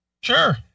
Sure